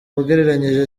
ugereranyije